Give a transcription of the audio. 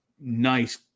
nice